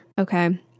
Okay